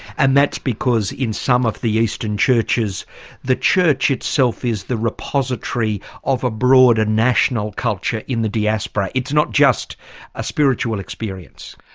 and that's because in some of the eastern churches the church itself is the repository of a broader national culture in the diaspora. it's not just a spiritual experience?